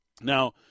Now